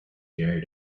gerry